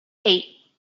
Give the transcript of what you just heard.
eight